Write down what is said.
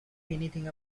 anything